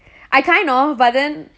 I kind of but then